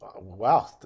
Wow